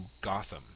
Gotham